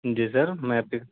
جی sir میں